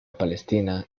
palestina